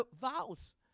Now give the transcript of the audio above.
vows